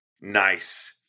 nice